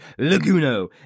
Laguno